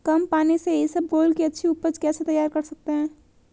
कम पानी से इसबगोल की अच्छी ऊपज कैसे तैयार कर सकते हैं?